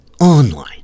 online